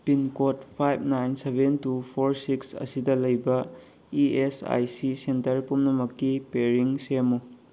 pincode ꯐꯥꯏꯕ nine seven two four six ꯑꯁꯤꯗ ꯂꯩꯕ E S I C centre ꯄꯨꯝꯅꯃꯛꯀꯤ ꯄꯔꯤꯡ ꯁꯦꯝꯃꯨ